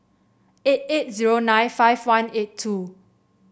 eight eight zero nine five one eight two